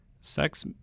sex